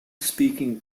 speaking